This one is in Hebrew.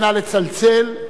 נא לצלצל.